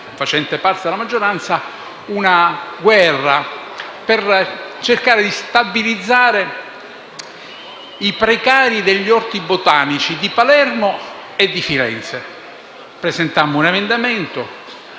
facendo parte della maggioranza, una guerra per cercare di stabilizzare i precari degli orti botanici di Palermo e Firenze. Presentammo un emendamento;